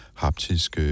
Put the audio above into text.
haptisk